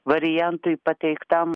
variantui pateiktam